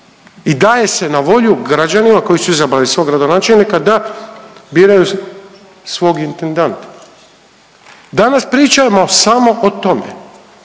I daje se na volju građanima koji su izabrali svog gradonačelnika da biraju svog intendanta. Danas pričamo samo o tome,